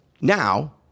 Now